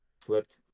Flipped